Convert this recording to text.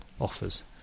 offers